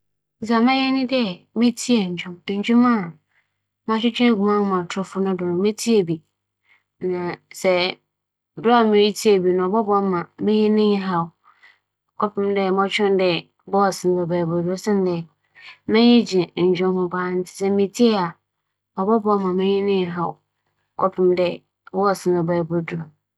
Sɛ morotweͻn hɛn bi anaa keteke bi bɛyɛ dͻnhwer ebiasa ama wͻaba, adze a mebɛyɛ nye dɛ mobͻkͻ ahɛntsiafo nkaa no wͻ na menye hͻn ekedzi nkͻmbͻ kakra afa amansɛm ho na sesei ambatow a yɛreba abͻtow. ͻno ekyir no, medze adze bɛhyɛ m'asowa mu na meetsie ndwom kakra dze atweͻn.